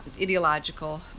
ideological